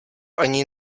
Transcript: ani